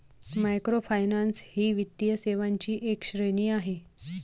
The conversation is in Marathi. मायक्रोफायनान्स ही वित्तीय सेवांची एक श्रेणी आहे